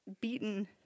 beaten